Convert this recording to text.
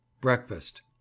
breakfast